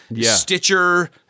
Stitcher